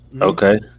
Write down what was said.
Okay